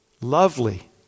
Lovely